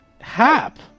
hap